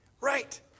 Right